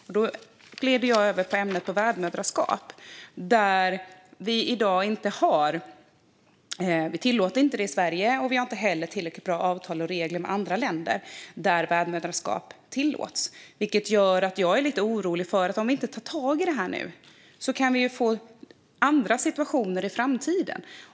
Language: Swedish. Jag går därmed över till ämnet värdmödraskap. Vi tillåter inte det i Sverige i dag, och vi har inte heller tillräckligt bra avtal och regler i förhållande till andra länder där värdmödraskap tillåts. Det gör mig lite orolig. Om vi inte tar tag i detta nu kan det försätta oss i en svår situation i framtiden.